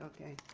Okay